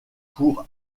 pour